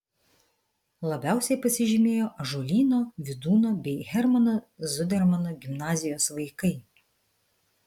labiausiai pasižymėjo ąžuolyno vydūno bei hermano zudermano gimnazijos vaikai